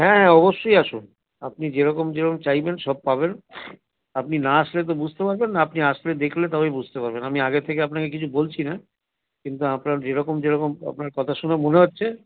হ্যাঁ হ্যাঁ অবশ্যই আসুন আপনি যেরকম যেরকম চাইবেন সব পাবেন আপনি না আসলে তো বুঝতে পারবেন না আপনি আসলে দেখলে তবেই বুঝতে পারবেন আমি আগে থেকে আপনাকে কিছু বলছি না কিন্তু আপনার যেরকম যেরকম আপনার কথা শুনে মনে হচ্ছে